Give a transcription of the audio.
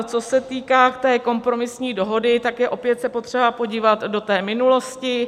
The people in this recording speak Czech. Co se týká té kompromisní dohody, tak je opět potřeba se podívat do té minulosti.